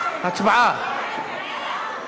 הצבעה.